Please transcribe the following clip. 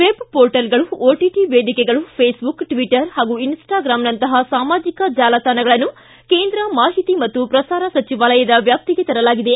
web ಪೋರ್ಟಲ್ಗಳು ಒಟಟ ವೇದಿಕೆಗಳು ಫೇಸ್ಬುಕ್ ಟ್ಟಟರ್ ಹಾಗೂ ಇನ್ಸ್ಲಾಗ್ರಾಂನಂತಹ ಸಾಮಾಜಿಕ ಜಾಲತಾಣಗಳನ್ನು ಕೇಂದ್ರ ಮಾಹಿತಿ ಮತ್ತು ಪ್ರಸಾರ ಸಚಿವಾಲಯದ ವ್ಯಾಪ್ತಿಗೆ ತರಲಾಗಿದೆ